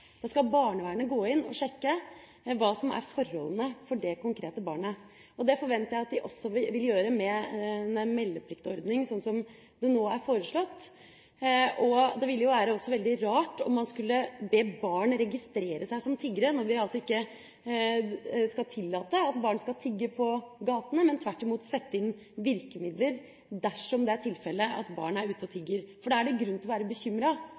Da skal barnevernet gå inn og sjekke hva som er forholdene for det konkrete barnet, og det forventer jeg at de også vil gjøre med en sånn meldepliktordning som nå er foreslått. Det ville jo også være veldig rart om man skulle be barn registrere seg som tiggere når vi ikke skal tillate at barn skal tigge på gatene, men tvert imot sette inn virkemidler dersom det er tilfellet at barn er ute og tigger – for da er det grunn til å være